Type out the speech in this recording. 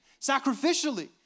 sacrificially